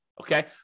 okay